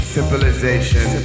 Civilization